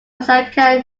osaka